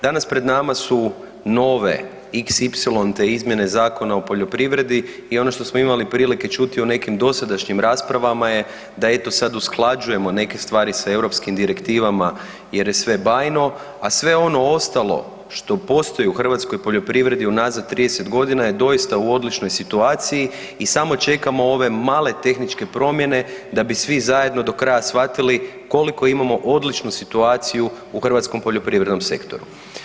Danas pred nama su nove xy-te izmjene Zakona o poljoprivredi i ono što smo imali prilike čuti o nekim dosadašnjim raspravama je da eto sad usklađujemo neke stvari sa europskim direktivama jer je sve bajno, a sve ono ostalo što postoji u hrvatskoj poljoprivredi unazad 30 godina je doista u odličnoj situaciji i samo čekamo ove male tehničke promjene da bi svi zajedno do kraja shvatili koliko imamo odličnu situaciju u hrvatskom poljoprivrednom sektoru.